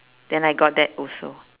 then I got that also